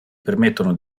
permettono